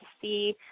see